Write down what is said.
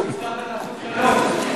אולי צריך לשנות את התפיסה ולעשות שלום.